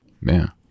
Man